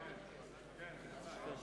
כן, אפשר.